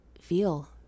feel